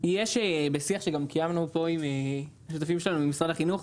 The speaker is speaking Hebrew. וגם בשיח שקיימנו עם השותפים שלנו ממשרד החינוך,